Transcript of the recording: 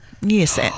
Yes